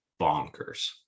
bonkers